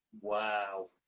wow